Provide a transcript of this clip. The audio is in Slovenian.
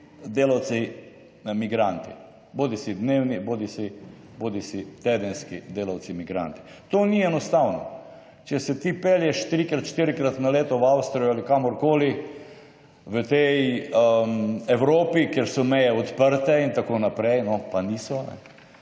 delavci migranti, bodisi dnevni bodisi tedenski delavci migranti. To ni enostavno. Če se ti pelješ trikrat, štirikrat na leto v Avstrijo ali kamorkoli v tej Evropi, kjer so meje odprte in tako naprej, no, pa niso,